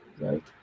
right